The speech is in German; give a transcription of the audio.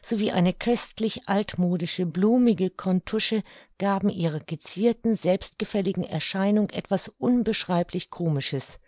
sowie eine köstlich altmodische blumige contusche gaben ihrer gezierten selbstgefälligen erscheinung etwas unbeschreiblich komisches